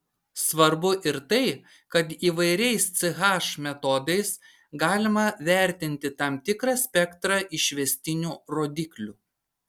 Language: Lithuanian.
svarbu ir tai kad įvairiais ch metodais galima vertinti tam tikrą spektrą išvestinių rodiklių